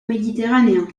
méditerranéen